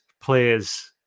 players